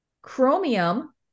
chromium